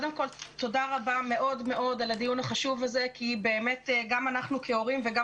תודה רבה מאוד מאוד על הדיון החשוב הזה כי באמת גם אנחנו כהורים וגם